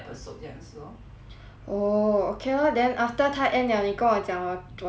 oh okay lor then after 他 end liao 你跟我讲我我才去开始追 lor